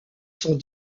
sont